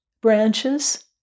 branches